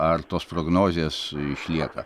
ar tos prognozės išlieka